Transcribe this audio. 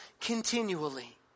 continually